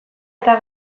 eta